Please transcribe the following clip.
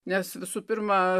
nes visų pirma